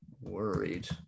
worried